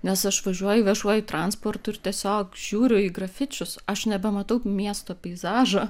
nes aš važiuoju viešuoju transportu ir tiesiog žiūriu į grafičius aš nebematau miesto peizažo